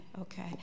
Okay